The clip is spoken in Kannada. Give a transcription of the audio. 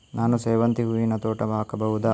ನಾನು ಸೇವಂತಿ ಹೂವಿನ ತೋಟ ಹಾಕಬಹುದಾ?